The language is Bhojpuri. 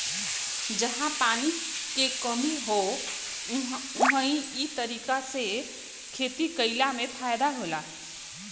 जहां पानी के कमी हौ उहां इ तरीका से खेती कइला में फायदा होला